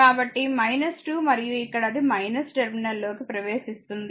కాబట్టి 2 మరియు ఇక్కడ అది టెర్మినల్ లోకి ప్రవేశిస్తోంది